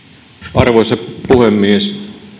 arvoisa puhemies